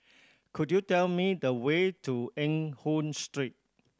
could you tell me the way to Eng Hoon Street